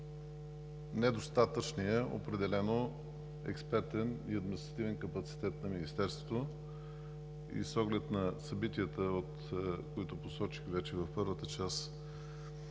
недостатъчния експертен и административен капацитет на Министерството. С оглед на събитията, които посочих вече в първата част